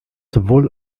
sowohl